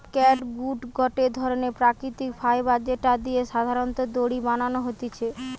catgut গটে ধরণের প্রাকৃতিক ফাইবার যেটা দিয়ে সাধারণত দড়ি বানানো হতিছে